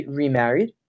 remarried